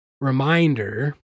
reminder